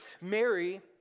Mary